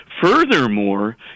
Furthermore